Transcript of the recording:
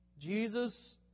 Jesus